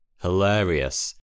Hilarious